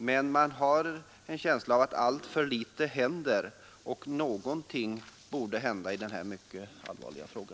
Men man har en känsla av att det händer för litet och att ytterligare något måste göras i denna allvarliga fråga.